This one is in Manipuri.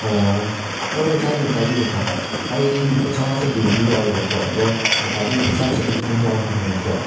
ꯑꯣ ꯍꯣꯏ ꯍꯣꯏ ꯀꯥꯏꯗꯦ ꯀꯥꯏꯗꯦ ꯀꯀꯥ ꯑꯩ ꯂꯨꯄꯥ ꯆꯥꯝꯉꯥ ꯆꯞꯄꯤꯕꯨꯗꯤ ꯌꯥꯎꯋꯦꯕꯀꯣ ꯑꯗꯣ ꯀꯀꯥꯗ ꯂꯨꯄꯥ ꯆꯥꯝ ꯆꯞꯄꯤ ꯈꯛꯇꯪ ꯌꯥꯎꯋꯦ ꯍꯥꯏꯕ ꯅꯠꯇ꯭ꯔꯣ